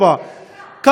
בגבולות 67'. לשיבה.